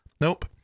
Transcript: Nope